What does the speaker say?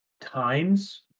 times